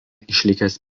išlikęs